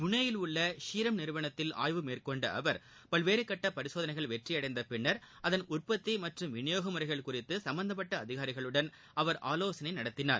புளேயில் உள்ள ஷீரம் நிறுவனத்தில் ஆய்வு மேற்கொண்ட அவர் பல்வேற கட்ட பரிசோதனைகள் வெற்றியடைந்த பின்னர் அதன் உற்பத்தி மற்றும் வினியோக முறைகள் குறித்து சும்பந்தப்பட்ட அதிகாரிகளுடன் அவர் ஆலோசனை நடத்தினார்